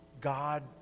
God